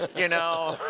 you know.